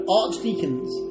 archdeacon's